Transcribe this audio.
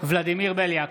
ולדימיר בליאק,